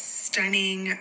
stunning